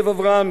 יאיר וולף,